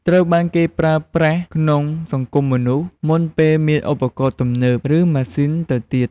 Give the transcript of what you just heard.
ត្រូវបានគេប្រើប្រាស់ក្នុងសង្គមមនុស្សមុនពេលមានឧបករណ៍ទំនើប ឬម៉ាស៊ីនទៅទៀត។